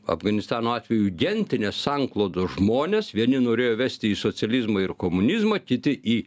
afganistano atveju gentinės sanklodos žmones vieni norėjo vesti į socializmą ir komunizmą kiti į